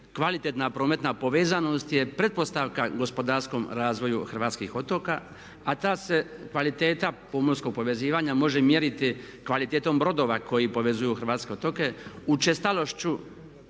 kvalitetna prometna povezanost je pretpostavka gospodarskom razvoju hrvatskih otoka, a ta se kvaliteta pomorskog povezivanja može mjeriti kvalitetom brodova koji povezuju hrvatske otoke učestalošću